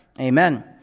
Amen